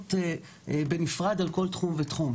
הסתכלות בנפרד על כל תחום.